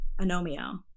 Anomio